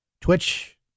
Twitch